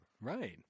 Right